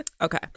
Okay